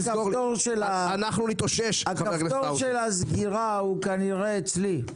הכפתור של הסגירה כנראה אצלי,